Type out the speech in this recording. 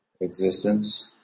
existence